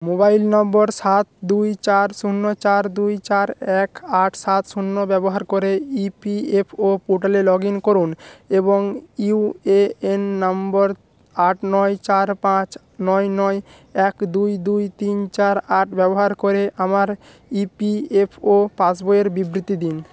mobile নম্বর সাত দুই চার শূন্য চার দুই চার এক আট সাত শূন্য ব্যবহার করে ইপিএফও পোর্টালে লগইন করুন এবং ইউএএন নাম্বার আট নয় চার পাঁচ নয় নয় এক দুই দুই তিন চার আট ব্যবহার করে আমার ইপিএফও পাসবই এর বিবৃতি দিন